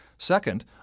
Second